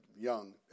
young